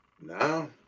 No